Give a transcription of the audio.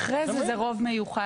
אחרי זה, זה רוב מיוחס.